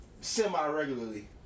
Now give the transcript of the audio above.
semi-regularly